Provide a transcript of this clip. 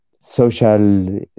social